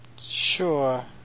Sure